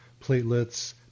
platelets